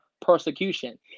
persecution